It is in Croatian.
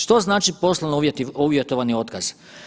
Što znači poslovno uvjetovani otkaz?